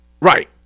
right